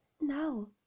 No